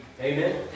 Amen